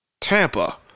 Tampa